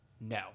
No